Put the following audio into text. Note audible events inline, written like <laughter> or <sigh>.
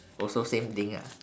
<breath> also same thing ah